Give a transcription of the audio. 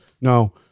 No